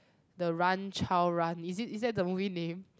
the run child run is it is that the movie name